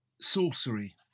sorcery